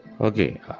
Okay